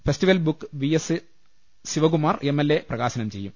festival book V S Shivakumar M L A പ്രകാശനം ചെയ്യും